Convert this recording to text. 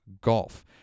Golf